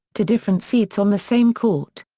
to different seats on the same court.